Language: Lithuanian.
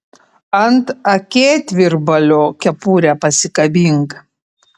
ant akėtvirbalio kepurę pasikabink